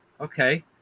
okay